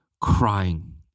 crying